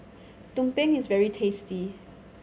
tumpeng is very tasty